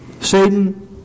Satan